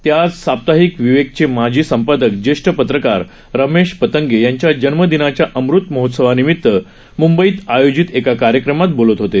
ते आज साप्ताहिक विवेक चे माजी संपादकजेष्ठ पत्रकार रमेश पतंगे यांच्या जन्मदिनाच्या अमुतमहोत्सानिमीत मुंबईत आयोजित एका कार्यक्रमात बोलत होते